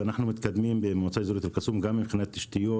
ואנחנו במועצה אזורית אל קסום מתקדמים גם מבחינת תשתיות.